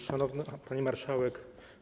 Szanowna Pani Marszałek!